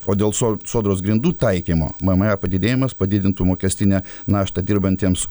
o dėl so sodros grindų taikymo mma padidėjimas padidintų mokestinę naštą dirbantiems